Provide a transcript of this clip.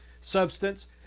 substance